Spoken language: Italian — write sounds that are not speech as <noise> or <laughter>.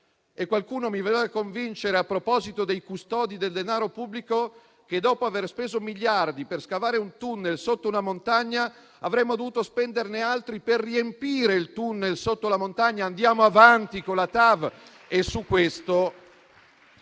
Qualcuno mi voleva convincere (a proposito dei custodi del denaro pubblico) che, dopo aver speso miliardi per scavare un tunnel sotto una montagna, avremmo dovuto spenderne altri per riempire il tunnel sotto la montagna: andiamo avanti con la TAV! <applause>